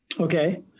Okay